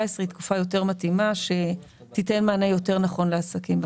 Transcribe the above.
היא תקופה יותר מתאימה שתיתן מענה יותר נכון לעסקים.